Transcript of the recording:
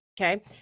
okay